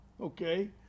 okay